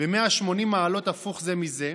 ב-180 מעלות הפוך זה מזה,